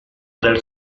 del